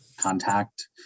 contact